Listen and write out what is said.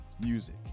music